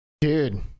dude